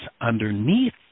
underneath